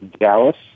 dallas